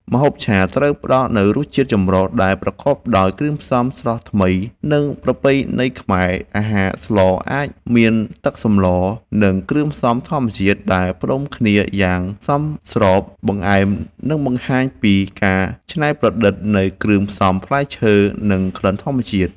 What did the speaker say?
ម្ហូបឆាត្រូវផ្តល់នូវរសជាតិចម្រុះ ដែលប្រកបដោយគ្រឿងផ្សំស្រស់ថ្មីនិងប្រពៃណីខ្មែរ អាហារស្លអាចមានទឹកសម្ល និងគ្រឿងផ្សំធម្មជាតិដែលផ្គុំគ្នាយ៉ាងសមស្រប បង្អែមនឹងបង្ហាញពីការច្នៃប្រឌិតនៃគ្រឿងផ្សំផ្លែឈើ និងក្លិនធម្មជាតិ